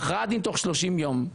ההכרעה בתוך 30 יום.